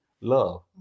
love